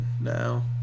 now